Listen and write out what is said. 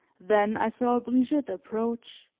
then i saw brigitte approach,